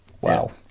Wow